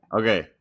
Okay